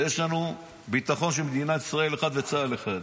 ויש לנו ביטחון של מדינת ישראל אחת וצה"ל אחד.